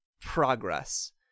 progress